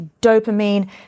Dopamine